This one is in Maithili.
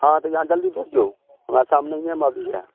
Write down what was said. हँ तऽ इहाँ जल्दी भेजियौ हमरा सामनहिएमे अभी हए